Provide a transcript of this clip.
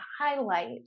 highlight